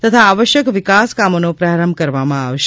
તથા આવશ્યક વિકાસ કામોનો પ્રારંભ કરવામાં આવશે